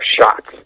shots